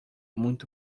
muito